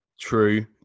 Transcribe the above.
True